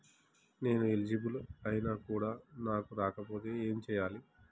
నేను ఎలిజిబుల్ ఐనా కూడా నాకు రాకపోతే ఏం చేయాలి?